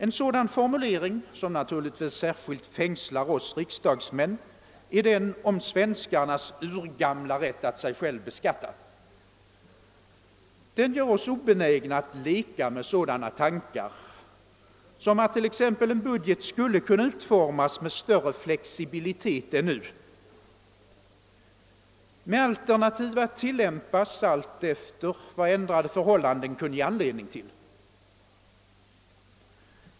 En sådan formulering som naturligtvis särskilt fängslar oss riksdagsmän är den om svenskarnas urgamla rätt att sig själv beskatta. Den gör oss obenägna att leka med sådana tankar som att t.ex. en budget skulle kunna utformas med större flexibilitet än nu, med alternativ att tillämpas efter vad ändrade förhållanden kunde ge anledning till.